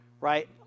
Right